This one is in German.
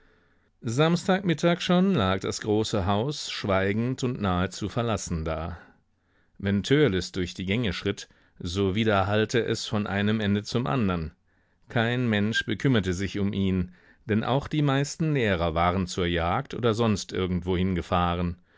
samstag mittag schon lag das große haus schweigend und nahezu verlassen da wenn törleß durch die gänge schritt so widerhallte es von einem ende zum andern kein mensch bekümmerte sich um ihn denn auch die meisten lehrer waren zur jagd oder sonst irgendwohin gefahren